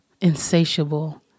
insatiable